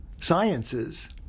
sciences